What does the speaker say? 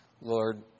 Lord